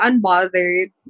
unbothered